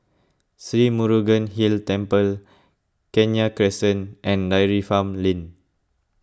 Sri Murugan Hill Temple Kenya Crescent and Dairy Farm Lane